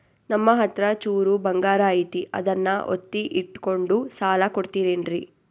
ನಮ್ಮಹತ್ರ ಚೂರು ಬಂಗಾರ ಐತಿ ಅದನ್ನ ಒತ್ತಿ ಇಟ್ಕೊಂಡು ಸಾಲ ಕೊಡ್ತಿರೇನ್ರಿ?